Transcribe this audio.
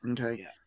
Okay